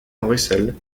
russell